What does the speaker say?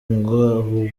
ngo